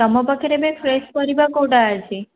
ତମ ପାଖରେ ଏବେ ଫ୍ରେଶ୍ ପରିବା କେଉଁଟା ଅଛି